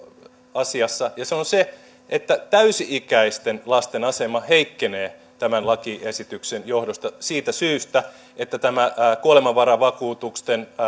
asiassa ja se on se että täysi ikäisten lasten asema heikkenee tämän lakiesityksen johdosta siitä syystä että tämä kuolemanvaravakuutusten